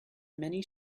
many